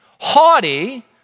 haughty